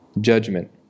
judgment